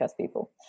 people